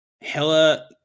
Hela